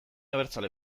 abertzale